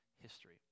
history